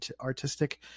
artistic